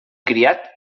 criat